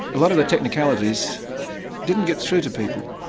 a lot of the technicalities didn't get through to people.